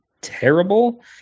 terrible